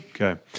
Okay